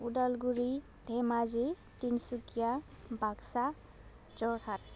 Udalguri Dhemaji Tinsukia Baksa Jorhat